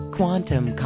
Quantum